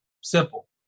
Simple